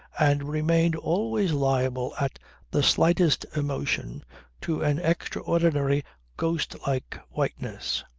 and remained always liable at the slightest emotion to an extraordinary ghost-like whiteness.